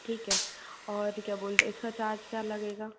ठीक है और क्या बोल रहे इसका चार्ज क्या लगेगा